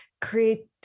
create